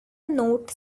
note